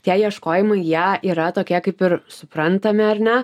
tie ieškojimai jie yra tokie kaip ir suprantami ar ne